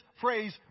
phrase